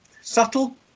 subtle